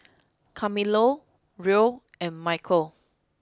Carmelo Roe and Michale